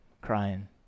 crying